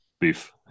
Beef